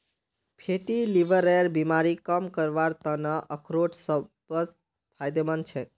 fatty लीवरेर बीमारी कम करवार त न अखरोट सबस फायदेमंद छेक